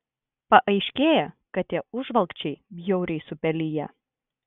paaiškėja kad tie užvalkčiai bjauriai supeliję